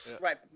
Right